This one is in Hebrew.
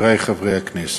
חברי חברי הכנסת,